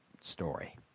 story